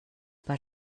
per